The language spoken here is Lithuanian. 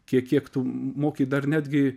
kiek kiek tu moki dar netgi